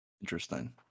Interesting